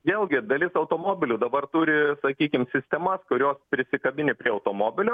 vėlgi dalis automobilių dabar turi sakykim sistemas kurios prisikabini prie automobilio